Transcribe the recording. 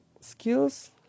skills